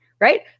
right